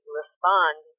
respond